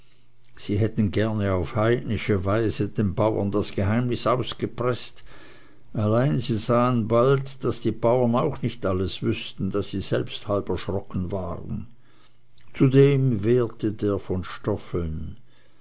sie hätten gerne auf heidnische weise den bauren das geheimnis ausgepreßt allein sie sahen bald daß die bauren auch nicht alles wüßten da sie selbst halb erschrocken waren zudem wehrte der von stoffeln